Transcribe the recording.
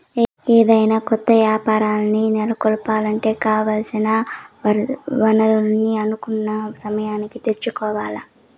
ఏదైనా కొత్త యాపారాల్ని నెలకొలపాలంటే కావాల్సిన వనరుల్ని అనుకున్న సమయానికి తెచ్చుకోవాల్ల